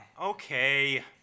Okay